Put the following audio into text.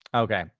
okay.